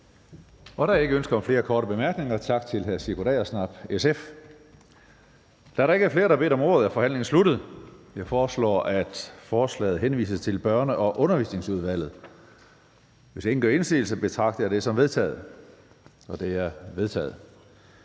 Der er ikke flere ønsker om korte bemærkninger. Tak til hr. Sigurd Agersnap, SF. Da der ikke er flere, der har bedt om ordet, er forhandlingen sluttet. Jeg foreslår, at forslaget til folketingsbeslutning henvises til Børne- og Undervisningsudvalget. Hvis ingen gør indsigelse, betragter jeg det som vedtaget. Det er vedtaget.